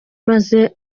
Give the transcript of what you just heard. maze